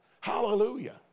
Hallelujah